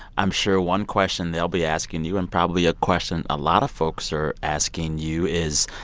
i'm sure one question they'll be asking you and probably a question a lot of folks are asking you is,